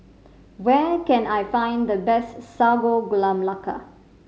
where can I find the best Sago Gula Melaka